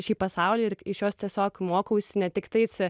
šį pasaulį ir iš jos tiesiog mokausi ne tik tais